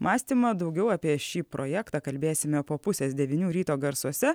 mąstymą daugiau apie šį projektą kalbėsime po pusės devynių ryto garsuose